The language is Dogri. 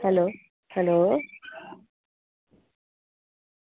hello hello